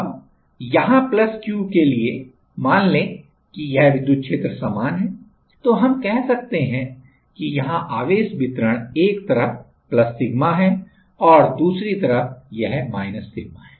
अब यहाँ Q के लिए मान लें कि यह विद्युत क्षेत्र समान है तो हम कह सकते हैं कि यहाँ आवेश वितरण एक तरफ सिग्मा है और यहाँ दूसरी तरफ यह सिग्मा है